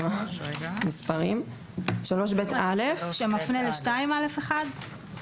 סעיף 3ב(א) שמפנה ל-2א(1)?